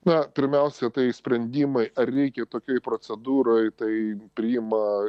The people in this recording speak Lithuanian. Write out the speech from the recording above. na pirmiausia tai sprendimai ar reikia tokioj procedūroj tai priima